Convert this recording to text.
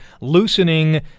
loosening